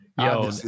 Yo